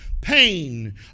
pain